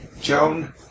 Joan